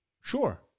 sure